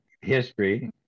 history